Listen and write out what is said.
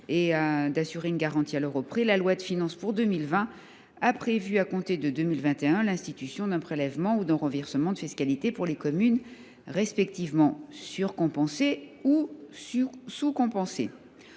l’euro près le budget des communes, la loi de finances pour 2020 a prévu, à compter de 2021, l’institution d’un prélèvement ou d’un reversement de fiscalité pour les communes respectivement surcompensées ou sous compensées.